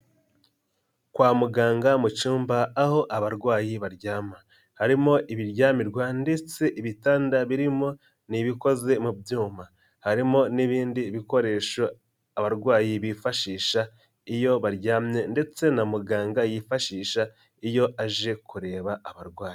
Kwa muganga mu cyumba aho abarwayi baryama, harimo ibiryamirwa ndetse ibitanda birimo n'ibikoze mu byuma, harimo n'ibindi bikoresho abarwayi bifashisha iyo baryamye ndetse na muganga yifashisha iyo aje kureba abarwayi.